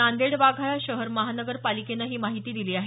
नांदेड वाघाळा शहर महानगर पालिकेनं ही माहिती दिली आहे